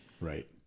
Right